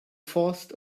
forced